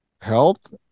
health